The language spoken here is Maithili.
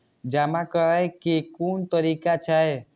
जमा करै के कोन तरीका छै?